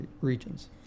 regions